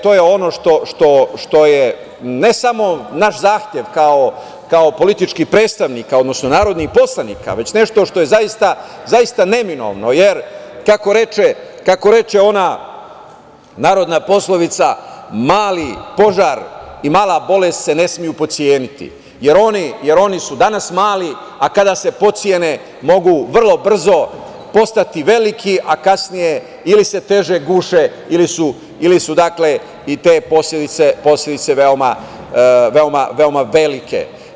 To je ono što je ne samo naš zahtev, kao politički predstavnika, odnosno narodnih poslanika, već nešto što je zaista neminovno, jer kako reče ona narodna poslovica, mali požar i mala bolest se ne smeju potceniti, jer oni su danas mali, a kada se potcene mogu vrlo brzo postati veliki, a kasnije ili se teže guše ili su i te posledice veoma velike.